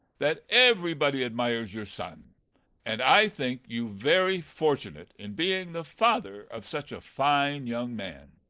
that everybody admires your son and i think you very fortunate in being the father of such a fine young man.